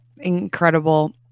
incredible